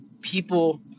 people